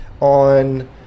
on